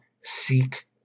seek